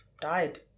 died